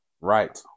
Right